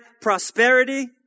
prosperity